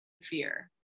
fear